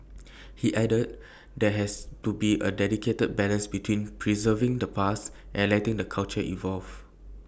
he added there has to be A delicate balance between preserving the past and letting the culture evolve